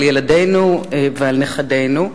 על ילדינו ועל נכדינו,